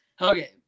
okay